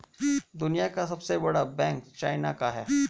दुनिया का सबसे बड़ा बैंक चाइना का है